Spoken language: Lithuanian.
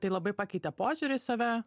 tai labai pakeitė požiūrį į save